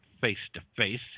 face-to-face